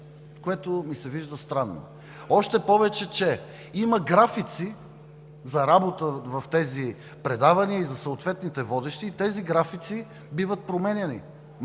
което ми се вижда странно, още повече че има графици за работа в тези предавания и за съответните водещи и тези графици биват променяни.